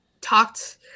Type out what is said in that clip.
talked